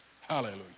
Hallelujah